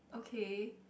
okay